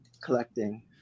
collecting